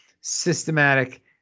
systematic